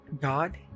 God